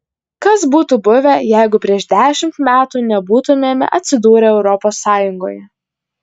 kas būtų buvę jeigu prieš dešimt metų nebūtumėme atsidūrę europos sąjungoje